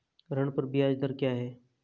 ऋण पर ब्याज दर क्या है?